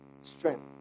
strength